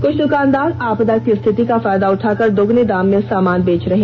कुछ दुकानदार आपदा की रिथिति का फायदा उठाकर दोगुनी दाम में सामान बेच रहे हैं